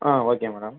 ah okay madam